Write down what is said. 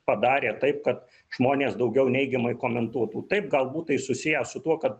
padarė taip kad žmonės daugiau neigiamai komentuotų taip galbūt tai susiję su tuo kad